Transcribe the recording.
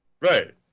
right